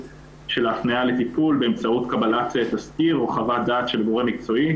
של ההפניה לטיפול באמצעות קבלת תזכיר או חוות דעת של גרום מקצועי,